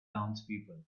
townspeople